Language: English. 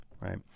Right